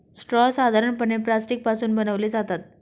straw साधारणपणे plastic पासून बनवले जातात